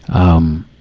um,